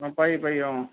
অ পাৰি পাৰি অ